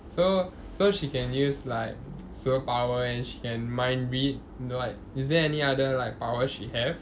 so so she can use like superpower and she can mind read know like is there any other like power she have